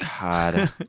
God